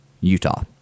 Utah